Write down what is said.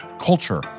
culture